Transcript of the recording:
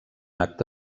acte